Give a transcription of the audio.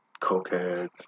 cokeheads